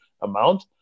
amount